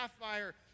sapphire